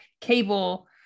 cable